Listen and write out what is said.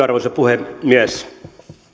arvoisa puhemies